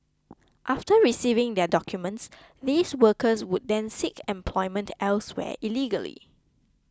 after receiving their documents these workers would then seek employment elsewhere illegally